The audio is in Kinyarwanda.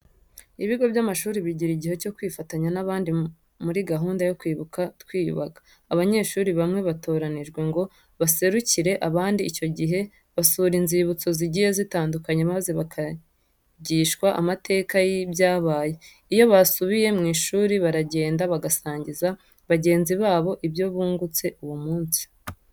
Ibigo by'amashuri bijyira ijyihe cyo kwifatanya n'abandi muri gahunda yo kwibuka twiyubaka. Abanyeshuri bamwe batoranyijwe ngo baserucyire abandi icyo jyihe basura inzibutso zijyiye zitandukanye maze bakijyishwa amateka yibyabaye. Iyo basubiye ku ishuri barajyenda bagasanjyiza bajyenzi babo ibyo bungutse uwo munsi.